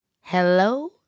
Hello